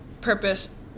purpose